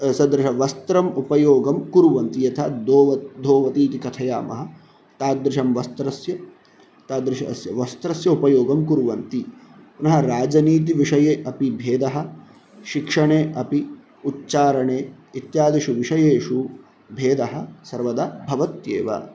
सदृशवस्त्रम् उपयोगं कुर्वन्ति यथा दोव धोती इति कथयामः तादृशं वस्त्रस्य तादृशस्य वस्त्रस्य उपयोगं कुर्वन्ति पुनः राजनीतिविषये अपि भेदः शिक्षणे अपि उच्चारणे इत्यादिषु विषयेषु भेदः सर्वदा भवत्येव